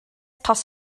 toss